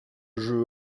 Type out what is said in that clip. jeu